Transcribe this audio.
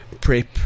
PrEP